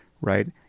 right